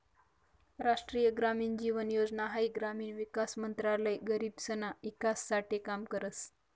राष्ट्रीय ग्रामीण जीवन योजना हाई ग्रामीण विकास मंत्रालय गरीबसना ईकास साठे काम करस